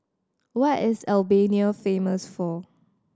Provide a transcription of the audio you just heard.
what is Albania famous for